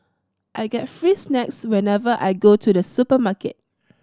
I get free snacks whenever I go to the supermarket